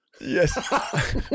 Yes